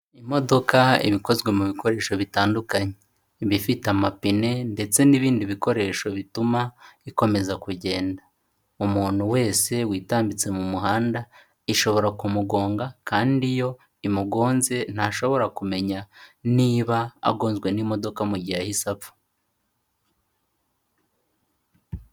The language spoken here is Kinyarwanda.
Imodoka iba ikozwe mu bikoresho bitandukanye, iba ifite amapine ndetse n'ibindi bikoresho bituma ikomeza kugenda, umuntu wese witambitse mu muhanda ishobora kumugonga, kandi iyo imugonze ntashobora kumenya niba agonzwe n'imodoka mu gihe ahise apfa.